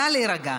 נא להירגע.